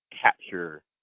capture